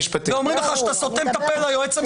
אומרים לך שאתה סותם את הפה ליועץ המשפטי.